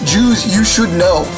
JewsYouShouldKnow